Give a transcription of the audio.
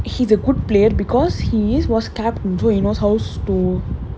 he's a good player because he is was captain so he knows house to